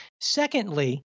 secondly